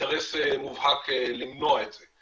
אינטר מובהק למנוע את זה.